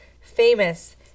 famous